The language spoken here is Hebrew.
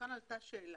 כאן עלתה שאלה.